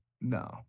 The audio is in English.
No